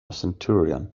centurion